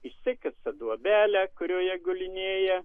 išsikasa duobelę kurioje gulinėja